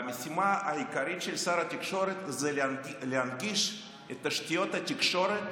והמשימה העיקרית של שר התקשורת היא להנגיש את תשתיות התקשורת